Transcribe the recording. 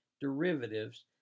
derivatives